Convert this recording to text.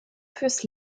fürs